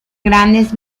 grandes